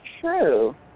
true